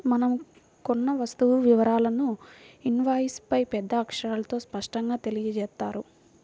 మనం కొన్న వస్తువు వివరాలను ఇన్వాయిస్పై పెద్ద అక్షరాలతో స్పష్టంగా తెలియజేత్తారు